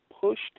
pushed